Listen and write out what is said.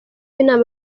w’inama